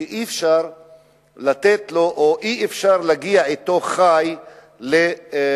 שאי-אפשר לתת לו או אי-אפשר להגיע אתו חי לבית-החולים,